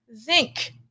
Zinc